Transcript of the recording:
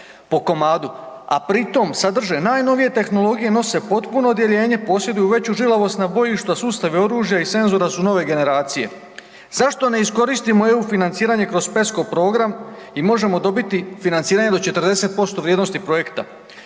po komadu a pritom sadrže najnovije tehnologije, nose potpuno odjeljenje, posjeduju veću žilavost na bojištu a sustav i oružja i senzora su nove generacije? Zašto ne iskoristimo EU financiranje kroz PESCO program i možemo dobiti financiranje do 40% vrijednosti projekta?